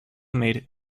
made